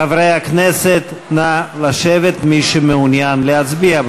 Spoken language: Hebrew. חברי הכנסת, נא לשבת, מי שמעוניין להצביע.